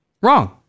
wrong